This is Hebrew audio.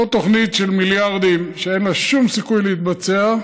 זו תוכנית של מיליארדים שאין לה שום סיכוי להתבצע.